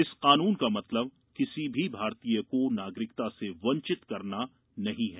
इस कानून का मतलब किसी भी भारतीय को नागरिकता से वंचित करना नहीं है